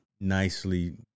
nicely